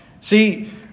See